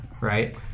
right